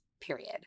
period